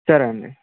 సరే అండి